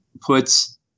puts